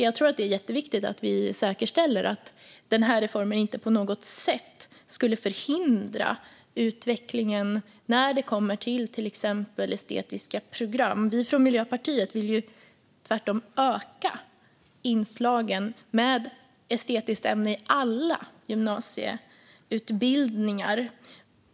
Jag tror att det är jätteviktigt att vi säkerställer att den här reformen inte på något sätt förhindrar utvecklingen när det gäller exempelvis estetiska program. Vi från Miljöpartiet vill tvärtom öka inslaget av estetiska ämnen i alla gymnasieutbildningar.